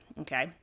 okay